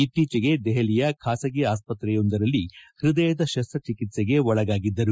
ಇತ್ತೀಚೆಗೆ ದೆಹಲಿಯ ಖಾಸಗಿ ಆಸ್ಪತ್ರೆಯೊಂದರಲ್ಲಿ ಹೃದಯದ ಶಸ್ತ ಚಿಕ್ಸೆಗೆ ಒಳಗಾಗಿದ್ದರು